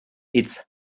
its